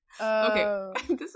Okay